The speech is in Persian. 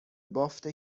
بافت